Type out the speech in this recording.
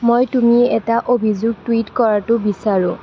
মই তুমি এটা অভিযোগ টুইট কৰাটো বিচাৰোঁ